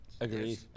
Agreed